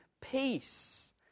peace